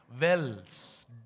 wells